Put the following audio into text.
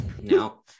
No